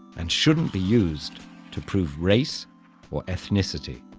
and shouldn't be used to prove race or ethnicity.